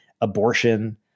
Abortion